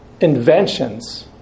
inventions